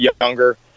younger